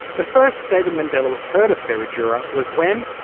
the first david mendelawitz heard of ferradura was when,